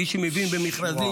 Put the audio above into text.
מי שמבין במכרזים,